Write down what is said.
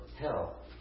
hell